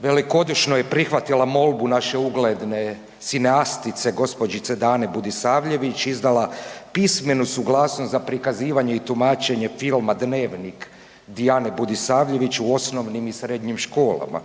velikodušno je prihvatila molbu naše ugledne sineastice gospođice Dane Budisavljević, izdala pismenu suglasnost za prikazivanje i tumačenje filma „Dnevnik“ Dijane Budisavljević u osnovnim i srednjim školama.